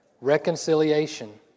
Reconciliation